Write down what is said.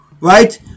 right